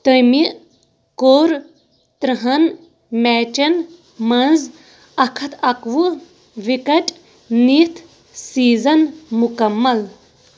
تٔمہِ کوٚر ترٕہَن میچن منٛز اَکھ ہَتھ اکوُه وِکٹ نِتھ سیٖزن مُکَمَل